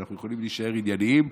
ואנחנו יכולים להישאר ענייניים,